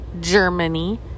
Germany